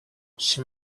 she